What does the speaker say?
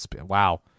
Wow